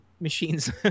Machines